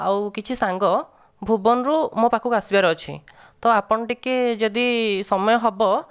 ଆଉ କିଛି ସାଙ୍ଗ ଭୁବନରୁ ମୋ ପାଖକୁ ଆସିବାର ଅଛି ତ ଆପଣ ଟିକେ ଯଦି ସମୟ ହେବ